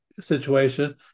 situation